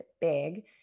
big